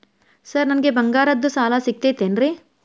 Sir ನನಗೆ ಬಂಗಾರದ್ದು ಸಾಲ ಸಿಗುತ್ತೇನ್ರೇ?